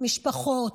משפחות,